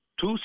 Two